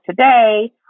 today